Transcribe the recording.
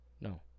No